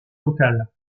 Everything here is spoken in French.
locales